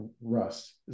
rust